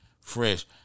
Fresh